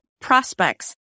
prospects